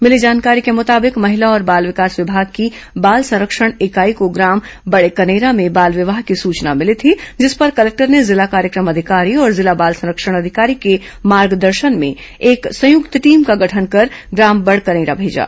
मिली जानकारी के मुताबिक महिला और बाल विकास विभाग की बाल संरक्षण इकाई को ग्राम बड़ेकनेरा में बाल विवाह की सूचना मिली थी जिस पर कलेक्टर ने जिला कार्यक्रम अधिकारी और जिला बाल संरक्षण अधिकारी के मार्गदर्शन में एक संयुक्त टीम का गठन कर ग्राम बड़ेकनेरा भेजा